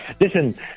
Listen